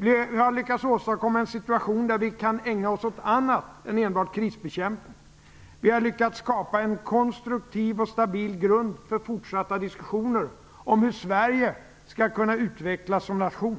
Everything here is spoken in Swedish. Vi har lyckats åstadkomma en situation där vi kan ägna oss åt annat än enbart krisbekämpning. Vi har lyckats skapa en konstruktiv och stabil grund för fortsatta diskussioner om hur Sverige skall kunna utvecklas som nation,